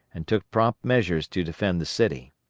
and took prompt measures to defend the city.